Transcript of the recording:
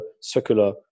circular